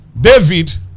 David